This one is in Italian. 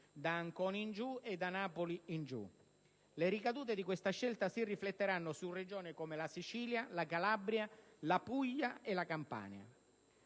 da Ancona in giù e da Napoli in giù. Le ricadute di questa scelta si rifletteranno su Regioni come la Sicilia, la Calabria, la Puglia e la Campania.